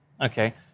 okay